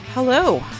Hello